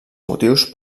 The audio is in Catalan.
motius